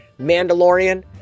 Mandalorian